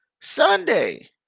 Sunday